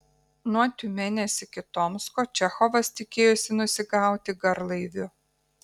nuo tiumenės iki tomsko čechovas tikėjosi nusigauti garlaiviu